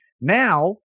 Now